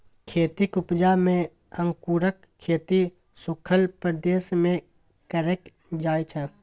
खेतीक उपजा मे अंगुरक खेती सुखल प्रदेश मे कएल जाइ छै